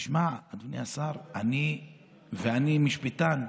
תשמע, אדוני השר, ואני משפטן,